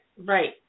right